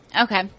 okay